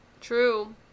True